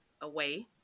away